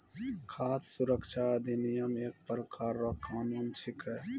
खाद सुरक्षा अधिनियम एक प्रकार रो कानून छिकै